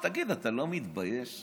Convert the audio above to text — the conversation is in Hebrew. תגיד, אתה לא מתבייש?